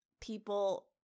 people